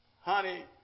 Honey